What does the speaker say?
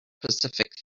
pacific